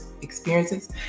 experiences